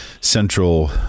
central